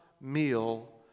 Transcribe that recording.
meal